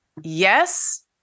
yes